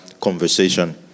conversation